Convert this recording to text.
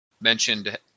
mentioned